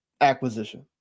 acquisition